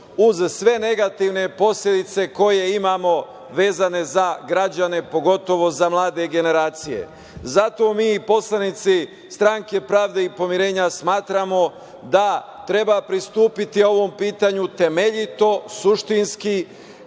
uz sve negativne posledice koje imamo vezane za građane, pogotovo za mlade generacije. Zato mi poslanici stranke Pravde i pomirenja, smatramo da treba pristupiti ovom pitanju temeljito, suštinski,